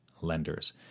lenders